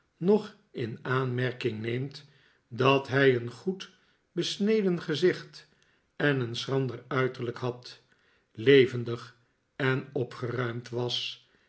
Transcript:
nog in aanmerking neemt dat hij een goed besneden gezicht en een schrander uiterlijk had levendig en opgeruimd was